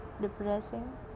depressing